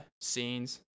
scenes